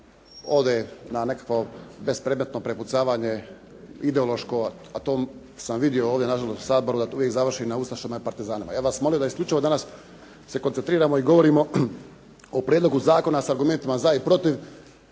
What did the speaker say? ode na nekakvo bespredmetno prepucavanje ideološko, a to sam vidio ovdje nažalost u Saboru da tu uvijek završi na Ustašama i Partizanima. Ja bih vas molio da isključivo danas se koncentriramo i govorimo o prijedlogu zakona s argumentima za i protiv